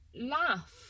laugh